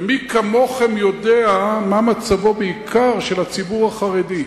מי כמוכם יודע מה מצבו של הציבור, החרדי בעיקר,